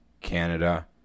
Canada